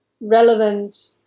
relevant